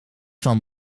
van